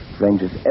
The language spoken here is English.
ranges